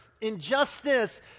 injustice